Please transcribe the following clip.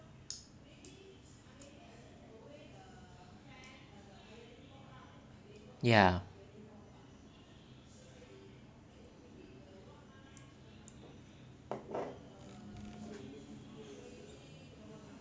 ya